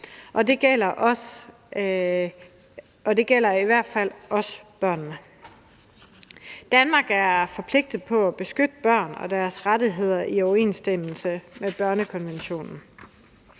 og det gælder i hvert fald også børnene. Danmark er forpligtet til at beskytte børn og deres rettigheder i overensstemmelse med børnekonventionen,